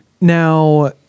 Now